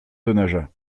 denaja